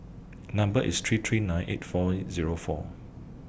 Number IS three three nine eight four Zero four